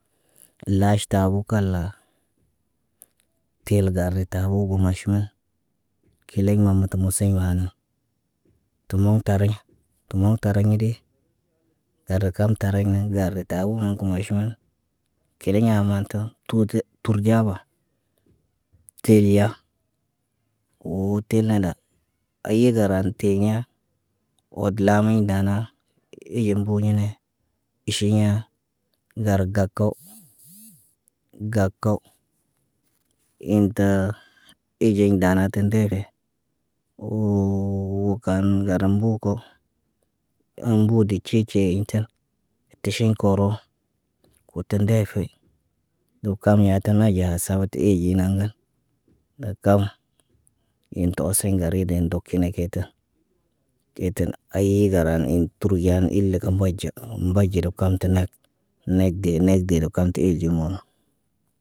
Laaʃtabo kal- la. Tel gare tare tawo go maʃima, kiliŋg mamətə museɲ maa. Tu moŋg tariɲa, tə moŋg tariɲeli tar kam tariɲa, larita uwoŋg kə maʃiman. Keleɲa maan tə tuude, turdeyaba. Tediya woo telen ɗa. Ay- yi garantiɲa, wadəlaamiɲ dana iɟe mbuyine. Iʃiɲa, ŋgar gag kow. Gag kaw, intaa. Iɟiɲ dana ti ndefe, woo kan garambuu ko. Ambude cice in ta. Tiʃiŋg koro koto ndeefe. Ndokam yaatə naɟaa samat, te iɟe aŋga, ɗak kama. Into oseɲ ŋgariden dog kene keyta. Te tena ayyi gara in turɟaan il- le kə mbuɟa, oombaɟire koomtə nek. Neg dee, neg dee də komti ilɟimoo.